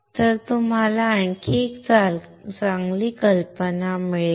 तर तुम्हाला एक चांगली कल्पना मिळेल